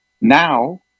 Now